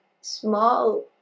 small